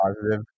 positive